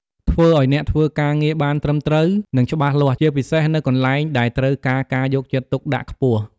ធ្វើឲ្យអ្នកធ្វើការងារបានត្រឹមត្រូវ និងច្បាស់លាស់ ជាពិសេសនៅកន្លែងដែលត្រូវការការយកចិត្តទុកដាក់ខ្ពស់។